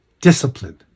discipline